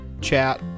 chat